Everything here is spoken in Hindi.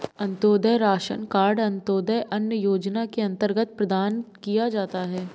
अंतोदय राशन कार्ड अंत्योदय अन्न योजना के अंतर्गत प्रदान किया जाता है